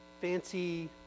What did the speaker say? fancy